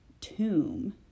tomb